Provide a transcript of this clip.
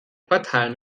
quartal